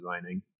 designing